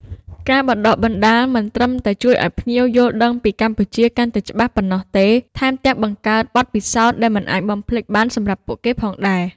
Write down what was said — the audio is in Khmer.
ការបណ្តុះបណ្តាល មិនត្រឹមតែជួយឱ្យភ្ញៀវយល់ដឹងពីកម្ពុជាកាន់តែច្បាស់ប៉ុណ្ណោះទេ ថែមទាំងបង្កើតបទពិសោធន៍ដែលមិនអាចបំភ្លេចបានសម្រាប់ពួកគេផងដែរ។